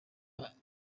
biruseho